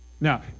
Now